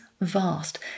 vast